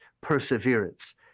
perseverance